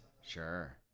Sure